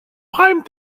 prime